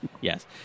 Yes